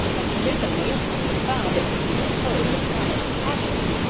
and to his amazement found it to be composed of hammers and hatchets,